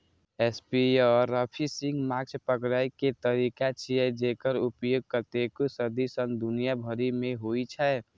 spearfishing माछ पकड़ै के तरीका छियै, जेकर उपयोग कतेको सदी सं दुनिया भरि मे होइ छै